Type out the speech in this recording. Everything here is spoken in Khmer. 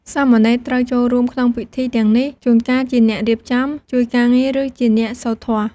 សាមណេរត្រូវចូលរួមក្នុងពិធីទាំងនេះ ជួនកាលជាអ្នករៀបចំ ជួយការងារ ឬជាអ្នកសូត្រធម៌។